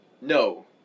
no